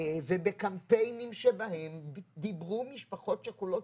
ובקמפיינים שבהם דיברו משפחות שכולות